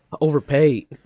overpaid